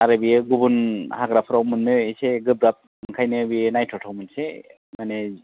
आरो बियो गुबुन हाग्राफ्राव मोन्नो एसे गोब्राब ओंखायनो बियो नायथाव थाव मोनसे माने